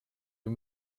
you